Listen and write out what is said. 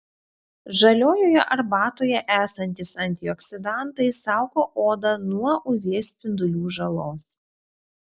žaliojoje arbatoje esantys antioksidantai saugo odą nuo uv spindulių žalos